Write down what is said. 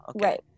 right